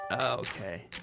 Okay